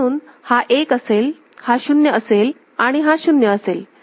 म्हणून हा एक असेल हा शून्य असेल आणि हा शून्य असेल